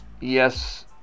Yes